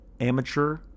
amateur